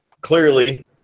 clearly